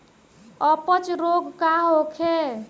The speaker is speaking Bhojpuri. अपच रोग का होखे?